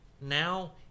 now